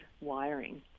wiring